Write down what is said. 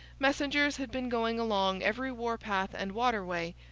messengers had been going along every warpath and waterway,